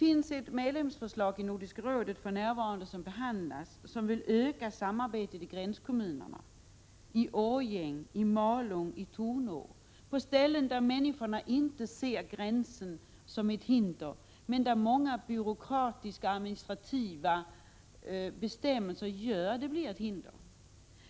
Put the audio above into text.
I Nordiska rådet behandlas för närvarande ett medlemsförslag, som går ut på att öka samarbetet i gränskommunerna, i Årjäng, i Malung, i Torneå på platser där människorna inte ser gränsen som ett hinder men där många byråkratiska och administrativa bestämmelser gör att det blir ett hinder.